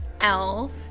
Elf